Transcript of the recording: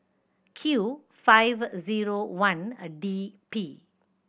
Q five zero one a D P